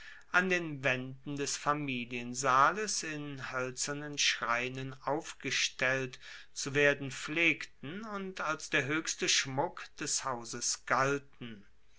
an den waenden des familiensaales in hoelzernen schreinen aufgestellt zu werden pflegten und als der hoechste schmuck des hauses galten